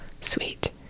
sweet